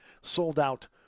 sold-out